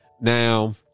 Now